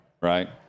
right